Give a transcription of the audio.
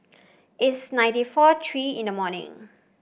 it's ninty four three in the morning